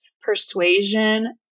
Persuasion